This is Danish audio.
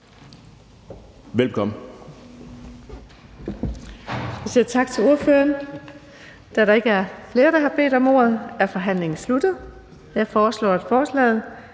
Velbekomme.